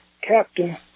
captain